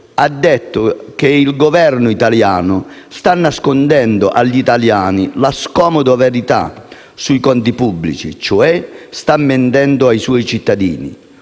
ha detto che il Governo italiano sta nascondendo agli italiani la scomoda verità sui conti pubblici, cioè sta mentendo ai suoi cittadini.